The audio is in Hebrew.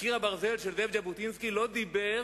ב"קיר הברזל" זאב ז'בוטינסקי לא דיבר